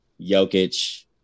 Jokic